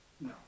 No